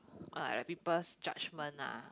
uh people's judgement ah